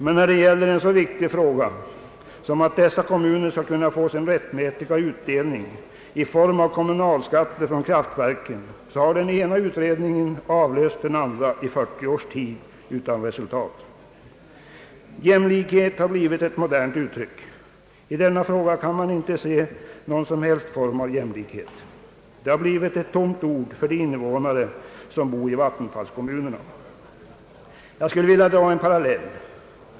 Men när det gäller en så viktig fråga som att dessa kommuner skall kunna få sin rättmätiga utdelning i form av kommunalskatter från kraftverken, så har den ena utredningen avlöst den andra i 40 års tid utan resultat. Jämlikhet har blivit ett modernt uttryck. I denna fråga kan man inte se någon som helst form av jämlikhet. Den har blivit ett tomt ord för de innevånare, som bor i vattenfallskommunerna. Jag skulle vilja dra en parallell.